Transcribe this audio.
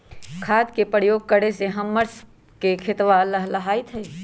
खाद के प्रयोग करे से हम्मर स के खेतवा लहलाईत हई